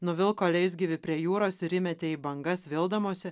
nuvilko leisgyvį prie jūros ir įmetė į bangas vildamosi